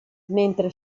mentre